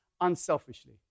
unselfishly